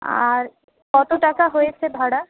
আর কত টাকা হয়েছে ভাড়া